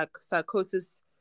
psychosis